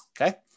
okay